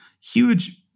huge